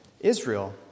Israel